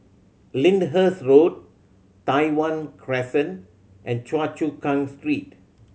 Lyndhurst Road Tai Hwan Crescent and Choa Chu Kang Street